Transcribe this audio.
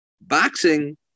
boxing